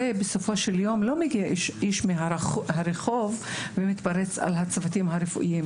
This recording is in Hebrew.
הרי בסופו של יום לא מגיע איש מהרחוב ומתפרץ על הצוותים הרפואיים.